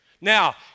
Now